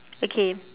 okay